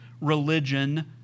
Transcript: religion